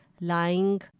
lying